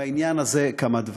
בעניין הזה כמה דברים.